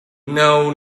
know